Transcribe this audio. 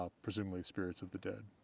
ah presumably spirits of the dead.